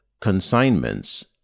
consignments